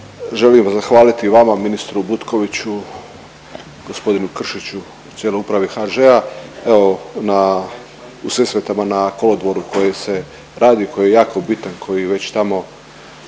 želim zahvaliti vama, ministru Butkoviću, g. Gršiću i cijeloj Upravi HŽ-a. Evo na, u Sesvetama na kolodvoru koji se radi, koji je jako bitan, koji već tamo